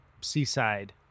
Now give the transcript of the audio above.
Seaside